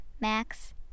Max